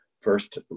first